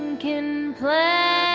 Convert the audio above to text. and can plan